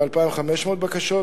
ב-2,500 בקשות,